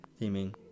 theming